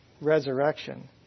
resurrection